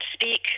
speak